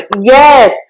Yes